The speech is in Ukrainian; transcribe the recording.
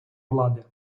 влади